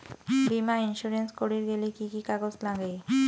বীমা ইন্সুরেন্স করির গেইলে কি কি কাগজ নাগে?